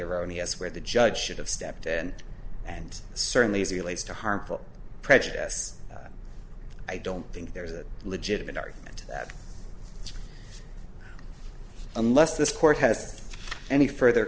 erroneous where the judge should have stepped in and certainly zealots to harmful prejudice i don't think there's a legitimate argument that unless this court has any further